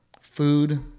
Food